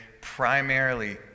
primarily